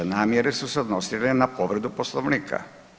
Namjere su se odnosile na povredu Poslovnika.